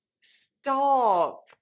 Stop